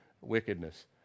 wickedness